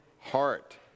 heart